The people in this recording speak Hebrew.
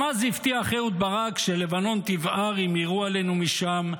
גם אז הבטיח אהוד ברק שלבנון תבער אם יירו עלינו משם,